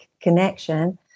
connection